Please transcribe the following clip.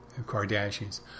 Kardashians